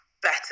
better